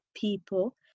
people